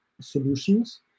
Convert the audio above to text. solutions